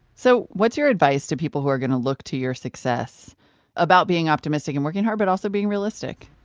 so what's your advice to people who are going to look to your success about being optimistic and working hard but also being realistic?